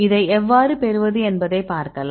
இதை எவ்வாறு பெறுவது என்பதை பார்க்கலாம்